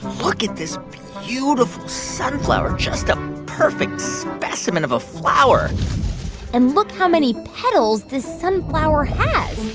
look at this beautiful sunflower just a perfect specimen of a flower and look how many petals the sunflower has